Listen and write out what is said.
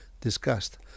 discussed